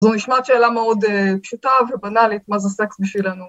זו נשמעת שאלה מאוד פשוטה ובנאלית, מה זה סקס בשבילנו?